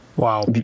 Wow